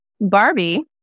Barbie